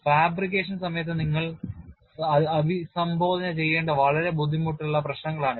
fabrication സമയത്ത് നിങ്ങൾ അഭിസംബോധന ചെയ്യേണ്ട വളരെ ബുദ്ധിമുട്ടുള്ള പ്രശ്നങ്ങളാണിവ